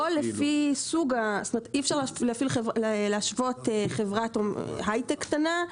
אי אפשר להשוות חברת הייטק קטנה,